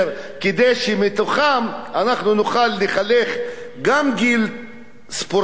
כדי שמתוכם נוכל לחנך גם נוער ספורטיבי,